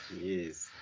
Yes